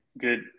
good